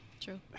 true